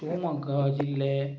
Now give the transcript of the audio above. ಶಿವಮೊಗ್ಗ ಜಿಲ್ಲೆ